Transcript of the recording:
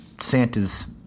Santa's